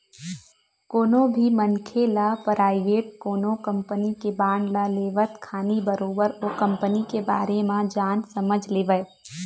कोनो भी मनखे ल पराइवेट कोनो कंपनी के बांड ल लेवत खानी बरोबर ओ कंपनी के बारे म जान समझ लेवय